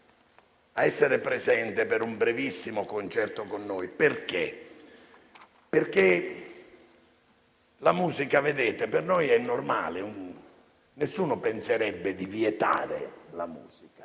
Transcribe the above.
a essere presente per un brevissimo concerto con noi. Perché? Perché la musica per noi è normale, colleghi. Nessuno penserebbe di vietare la musica.